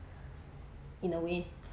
in a way